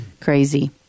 crazy